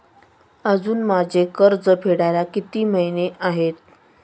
अजुन माझे कर्ज फेडायला किती महिने आहेत?